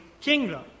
kingdom